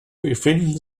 befinden